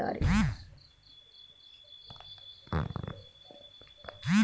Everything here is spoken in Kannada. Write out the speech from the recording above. ಇತಿಹಾಸಪೂರ್ವ ಕಾಲದಿಂದಲೂ ಮನುಷ್ಯರು ಮಾಂಸಕ್ಕಾಗಿ ಪ್ರಾಣಿಗಳನ್ನು ಬೇಟೆಯಾಡಿ ಕೊಂದಿದ್ದಾರೆ